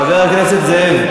חבר הכנסת זאב,